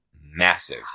massive